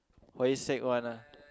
Huayi-sec one ah